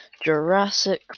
Jurassic